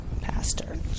pastor